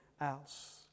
else